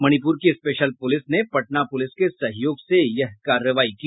मणिपुर की special police ने Patna police के सहयोग से यह कार्रवाई की